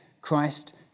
Christ